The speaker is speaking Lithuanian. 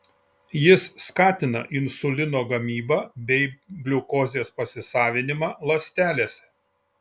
jis skatina insulino gamybą bei gliukozės pasisavinimą ląstelėse